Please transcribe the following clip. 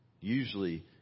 Usually